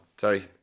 Sorry